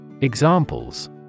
Examples